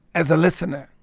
as a listener.